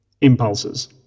impulses